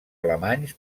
alemanys